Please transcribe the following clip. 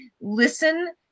Listen